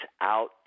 out